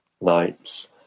nights